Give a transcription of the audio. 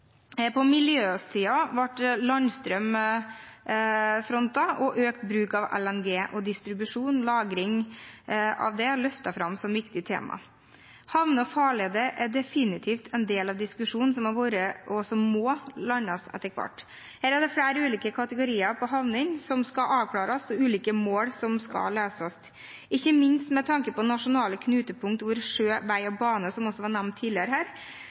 På miljøsiden ble landstrøm frontet og økt bruk av LNG, distribusjon og lagring løftet fram som viktige tema. Havner og farleder er definitivt en del av diskusjonen som har vært, og som må landes etter hvert. Her er flere ulike kategorier på havning som skal avklares, og ulike mål som skal løses, ikke minst med tanke på nasjonale knutepunkt, hvor sjø, vei og bane – som også var nevnt tidligere her